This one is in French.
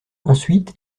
ensuite